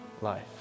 life